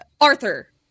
Arthur